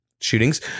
shootings